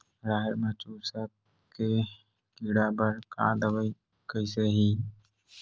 राहेर म चुस्क के कीड़ा बर का दवाई कइसे ही?